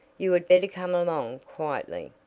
you had better come along quietly,